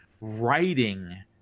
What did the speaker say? writing